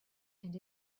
and